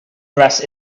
dress